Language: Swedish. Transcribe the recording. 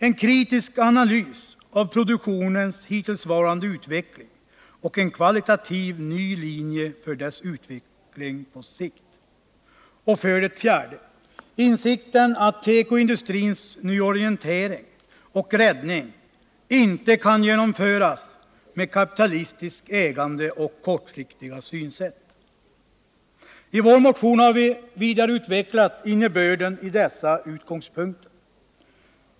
En kritisk analys av produktionens hittillsvarande utveckling och en kvalitativ ny linje för dess utveckling på sikt. 4. Insikten att tekoindustrins nyorientering och räddning inte kan genomföras med kapitalistiskt ägande och kortsiktiga synsätt. I vår motion har vi vidareutvecklat innebörden i dessa utgångspunkter.